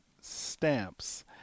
Stamps